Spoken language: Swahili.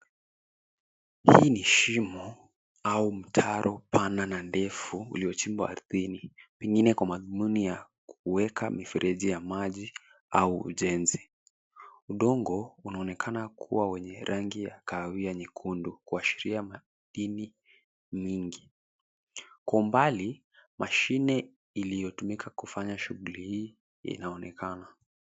Hii ni shimo au mtaro pana na ndefu uliochimbwa ardhini, pengine kwa madhumuni ya kuweka mifereji ya maji au ujenzi. Udongo unaonekana kuwa wenye rangi ya kahawia nyekundu, kuashiria maini mingi. Kwa umbali, mashine iliyotumika kufanya shughuli hii inaonekana.